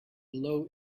below